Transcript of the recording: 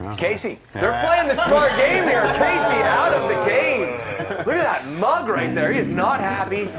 casey. they're playing the smart game here. casey out of the game. look at that mug right there. he's not happy.